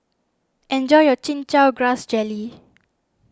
enjoy your Chin Chow Grass Jelly